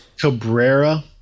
Cabrera